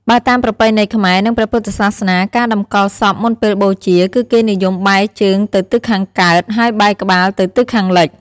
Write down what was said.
បើតាមប្រពៃណីខ្មែរ និងព្រះពុទ្ធសាសនា ការតម្កល់សពមុនពេលបូជា គឺគេនិយមបែរជើងទៅទិសខាងកើត ហើយបែរក្បាលទៅទិសខាងលិច។